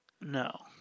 No